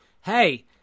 hey